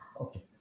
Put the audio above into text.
Okay